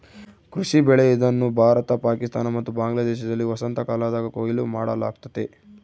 ಕೃಷಿ ಬೆಳೆ ಇದನ್ನು ಭಾರತ ಪಾಕಿಸ್ತಾನ ಮತ್ತು ಬಾಂಗ್ಲಾದೇಶದಲ್ಲಿ ವಸಂತಕಾಲದಾಗ ಕೊಯ್ಲು ಮಾಡಲಾಗ್ತತೆ